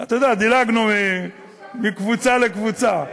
אתה יודע, דילגנו מקבוצה לקבוצה.